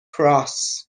کراس